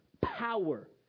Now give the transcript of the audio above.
power